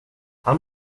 han